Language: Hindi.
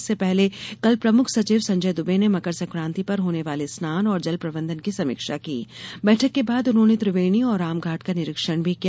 इसर्स पहले कल प्रमुख सचिव संजय दुबे ने मकर संकान्ति पर होने वाले स्नान और जल प्रबंधन की समीक्षा की बैठक के बाद उन्होंने त्रिवेणी और रामघाट का निरीक्षण भी किया